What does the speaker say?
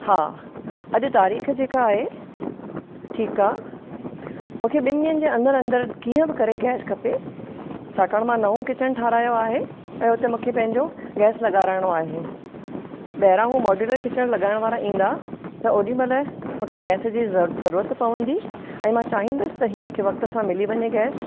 हा अॼु तारीख़ु जेका आहे ठीकु आहे मूंखे ॿिनि ॾींहंनि जे अंदरि अंदरि कीअं बि करे गैस खपे छाकाणि त मां नओं किचन ठहिरायो आहे त उते मूंखे पंहिंजो गैस लॻाराइणो आहे ॿाहिरां हो मोड्यूलर किचन लॻाइण वारा ईंदा त ओॾीमहिल मूंखे गैस जी ज़रूरत पवंदी ऐं मां चाहींदसि त हे मूंखे वक़्ति ते मिली वञे गैस